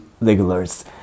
regulars